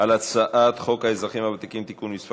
על הצעת חוק האזרחים הוותיקים (תיקון מס'